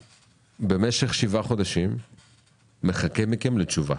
במשך שבעה חודשים אני מחכה מכם לתשובה.